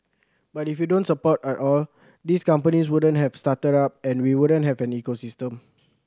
but if you don't support at all these companies wouldn't have started up and we wouldn't have an ecosystem